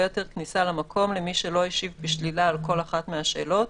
לא יתיר כניסה למקום למי שלא השיב בשלילה על כל אחת מהשאלות,